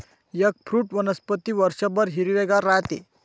eggfruit वनस्पती वर्षभर हिरवेगार राहते